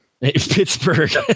pittsburgh